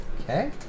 Okay